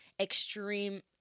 extreme